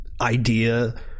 idea